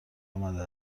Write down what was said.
آمده